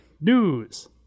news